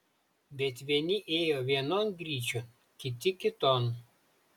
bet vieni ėjo vienon gryčion kiti kiton